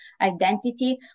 identity